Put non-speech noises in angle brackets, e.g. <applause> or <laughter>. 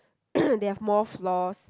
<noise> they have more floors